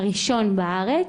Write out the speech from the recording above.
הראשון בארץ,